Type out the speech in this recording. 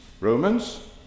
Romans